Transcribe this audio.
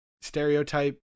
stereotype